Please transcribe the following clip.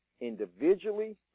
individually